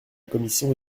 commission